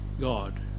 God